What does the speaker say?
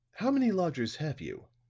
how many lodgers have you?